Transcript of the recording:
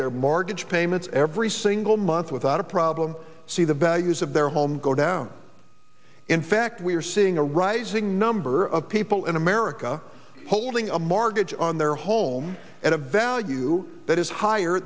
their mortgage payments every single month without a problem see the values of their home go down in fact we are seeing a rising number of people in america holding a markets on their home at a value that is higher